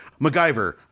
MacGyver